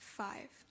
five